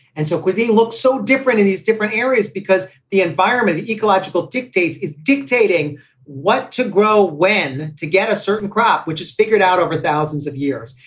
and so cuisine looks so different in these different areas because the environment, the ecological dictates, is dictating what to grow, when to get a certain crop, which is figured out over thousands of years.